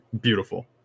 beautiful